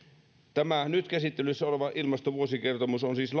tämä nyt käsittelyssä oleva ilmastovuosikertomus on siis